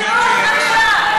בחירות עכשיו.